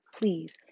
Please